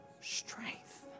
strength